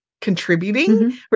contributing